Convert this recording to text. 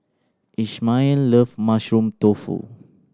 Ishmael love Mushroom Tofu